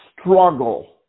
struggle